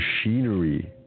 machinery